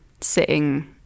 sitting